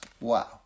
wow